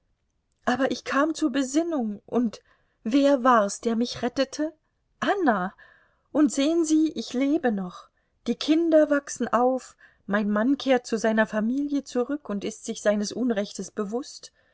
aber ich kam zur besinnung und wer war's der mich rettete anna und sehen sie ich lebe noch die kinder wachsen auf mein mann kehrt zu seiner familie zurück und ist sich seines unrechtes bewußt